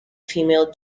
female